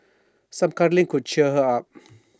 some cuddling could cheer her up